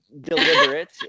deliberate